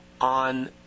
on